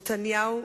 נתניהו,